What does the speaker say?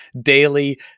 daily